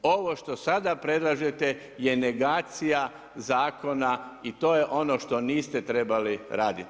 Ovo što sada predlažete je negacija zakona i to je ono što niste trebali raditi.